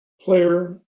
player